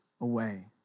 away